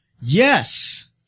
Yes